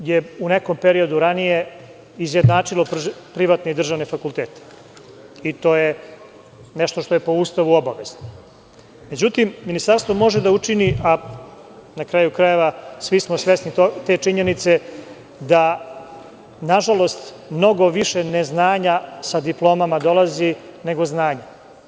Dakle, Ministarstvo je u nekom periodu ranije izjednačilo privatne i državne fakultete i to je nešto što je po Ustavu obavezno, međutim Ministarstvo može da učini, a na kraju krajeva svi smo svesni te činjenice da nažalost mnogo više neznanja sa diplomama dolazi nego znanja.